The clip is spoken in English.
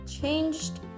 changed